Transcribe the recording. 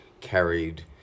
carried